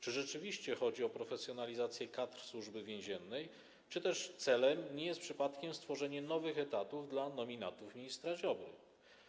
Czy rzeczywiście chodzi o profesjonalizację kadr Służby Więziennej, czy też celem nie jest przypadkiem stworzenie nowych etatów dla nominatów ministra Ziobry?